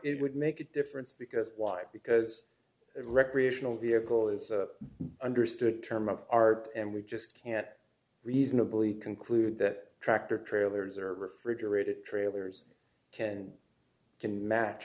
would make a difference because why because recreational vehicle is a understood term of art and we just can't reasonably conclude that tractor trailers or refrigerator trailers tend to match